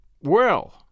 Well